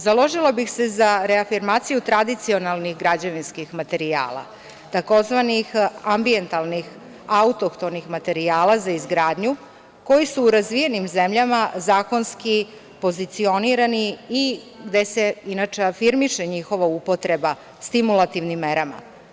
Založila bih se za reafirmaciju tradicionalnih građevinskih materijala, tzv. ambijentalnih, autohtonih materijala za izgradnju koji su u razvijenim zemljama zakonski pozicionirani i gde se inače afirmiše njihova upotreba stimulativnim merama.